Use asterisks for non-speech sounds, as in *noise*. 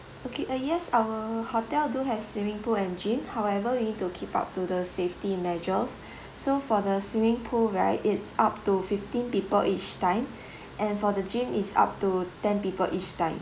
okay uh yes our hotel do have swimming pool and gym however you need to keep up to the safety measures *breath* so for the swimming pool where it's up to fifteen people each time *breath* and for the gym is up to ten people each time